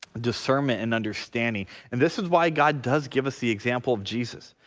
discernment and understanding and this is why god does give us the example of jesus.